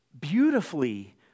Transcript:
beautifully